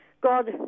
God